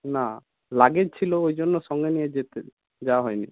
না লাগেজ ছিল ওই জন্য সঙ্গে নিয়ে যেতে যাওয়া হয়নি